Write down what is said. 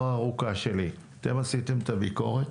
הארוכה של הוועדה והם אלו שעשו את הביקורת.